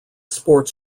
sports